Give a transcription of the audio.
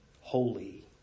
holy